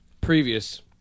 previous